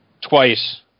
twice